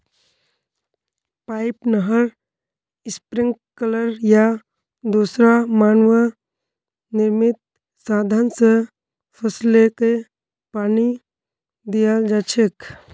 pipe, नहर, sprinkler या दूसरा मानव निर्मित साधन स फसलके पानी दियाल जा छेक